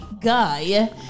guy